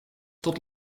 tot